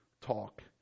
talk